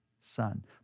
son